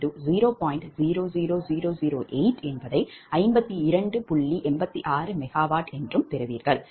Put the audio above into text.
83 MW என்றும் பெறுவீர்கள்